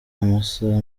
amasaha